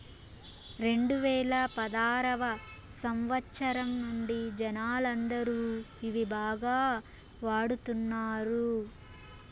రెండువేల పదారవ సంవచ్చరం నుండి జనాలందరూ ఇవి బాగా వాడుతున్నారు